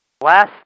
Last